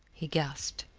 he gasped.